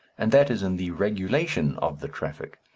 and that is in the regulation of the traffic.